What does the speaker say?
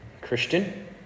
Christian